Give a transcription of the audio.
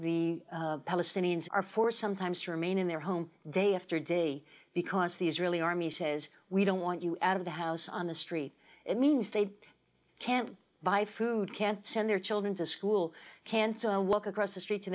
the palestinians are forced sometimes to remain in their home day after day because the israeli army says we don't want you out of the house on the street it means they can't buy food can't send their children to school cancer walk across the street to